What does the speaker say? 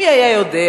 מי היה יודע,